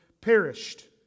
perished